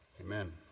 amen